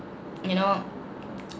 you know